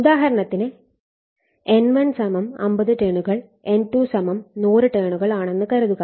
ഉദാഹരണത്തിന് N1 50 ടേണുകൾ N2 100 ടേണുകൾ ആണെന്ന് കരുതുക